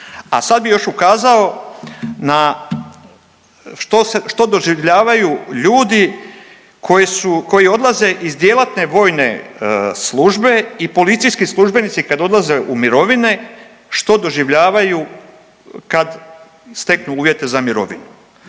A sad bi još ukazao na, što se, što doživljavaju ljudi koji su, koji odlaze iz djelatne vojne službe i policijski službenici kad odlaze u mirovine što doživljavaju kad steknu uvjete za mirovinu.